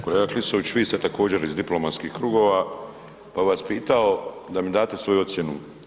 Kolega Klisović, vi ste također iz diplomatskih krugova, pa bi vas pitao da mi date svoju ocjenu.